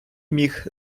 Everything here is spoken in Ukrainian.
міг